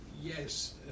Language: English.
yes